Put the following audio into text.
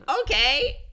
okay